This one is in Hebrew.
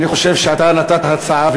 אני חושב שאתה נתת הצעה.